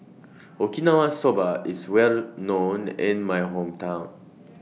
Okinawa Soba IS Well known in My Hometown